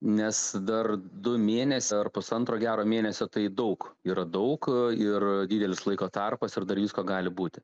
nes dar du mėnesiai ar pusantro gero mėnesio tai daug yra daug ir didelis laiko tarpas ir dar visko gali būti